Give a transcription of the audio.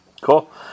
Cool